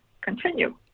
continue